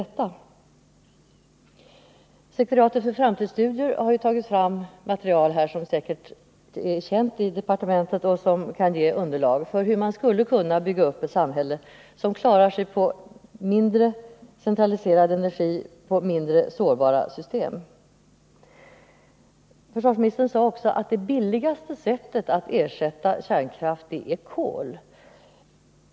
Sekretariatet för framtidsstudier har, som man inom departementet säkerligen känner till, tagit fram material som kan ge underlag för hur det skulle kunna byggas upp ett samhälle som klarar sig med mindre centraliserad energiproduktion och mindre sårbara system. Försvarsministern sade också att det billigaste sättet att ersätta kärnkraft är att framställa energi ur kol.